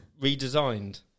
redesigned